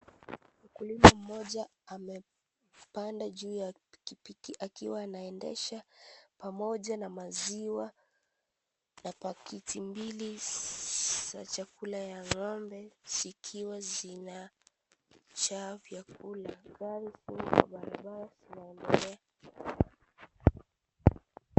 Mkulima mmoja amepanda juu ya pikipiki akiwa anaendesha pamoja na maziwa na pakiti mbili za chakula ya ng'ombe zikiwa zinajaa vyakula. Gari ziko kwa barabara zinaendelea.